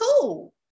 cool